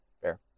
Fair